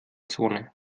zone